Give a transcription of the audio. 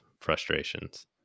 frustrations